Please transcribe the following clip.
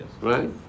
right